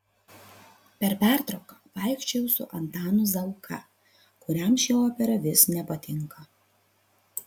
per pertrauką vaikščiojau su antanu zauka kuriam ši opera vis nepatinka